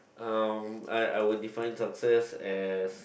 uh I I will define success as